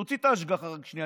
תוציא את ההשגחה רק שנייה,